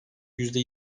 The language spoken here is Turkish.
yüzde